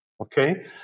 okay